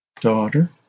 Daughter